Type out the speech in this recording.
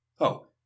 Oh